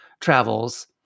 travels